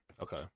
Okay